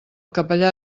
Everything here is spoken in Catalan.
capellà